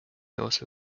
also